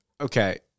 Okay